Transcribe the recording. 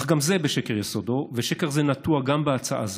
אך גם זה בשקר יסודו, ושקר זה נטוע גם בהצעה זו.